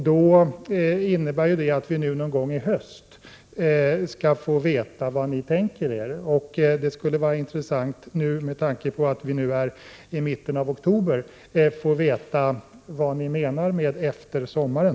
Det innebär då att vi någon gång i höst skall få veta vad ni tänker er. Med tanke på att vi nu är i mitten på oktober skulle det vara intressant att få veta vad som menas med ”efter sommaren”.